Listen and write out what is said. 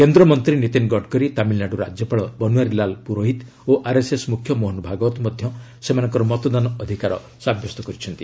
କେନ୍ଦ୍ରମନ୍ତ୍ରୀ ନୀତିନ ଗଡ଼କରୀ ତାମିଲ୍ନାଡୁ ରାଜ୍ୟପାଳ ବନୱାରୀଲାଲ ପୁରୋହିତ୍ ଓ ଆର୍ଏସ୍ଏସ୍ ମୁଖ୍ୟ ମୋହନ ଭାଗୱତ୍ ମଧ୍ୟ ସେମାନଙ୍କର ମତଦାନ ଅଧ୍ୟକାର ସାବ୍ୟସ୍ତ କରିଛନ୍ତି